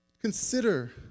Consider